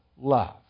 love